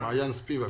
מעין ספיבק.